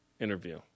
interview